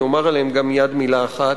ואני אומר עליהם גם מייד מלה אחת,